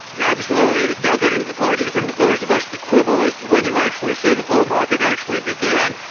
and absolutely, and it's now getting to the point even with those of us that quibble as to when you actually say the bull market actually began,